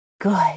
good